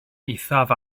eithaf